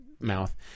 mouth